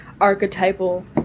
archetypal